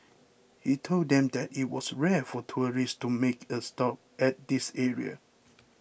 he told them that it was rare for tourists to make a stop at this area